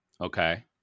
Okay